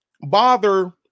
bother